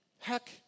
Heck